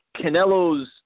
Canelo's